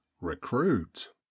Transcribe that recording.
recruit